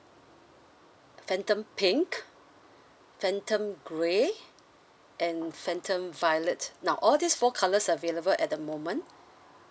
phantom pink phantom grey and phantom violet now all these four colours available at the moment